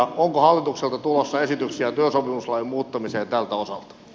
onko hallitukselta tulossa esityksiä työsopimuslain muuttamiseen tältä osalta